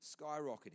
skyrocketing